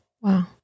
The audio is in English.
Wow